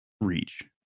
reach